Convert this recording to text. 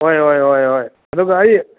ꯍꯣꯏ ꯍꯣꯏ ꯍꯣꯏ ꯍꯣꯏ ꯑꯗꯨꯒ ꯑꯩ